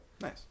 nice